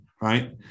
right